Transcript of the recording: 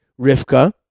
Rivka